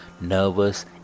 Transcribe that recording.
nervous